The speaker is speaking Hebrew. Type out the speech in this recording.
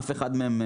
אף אחד מהם,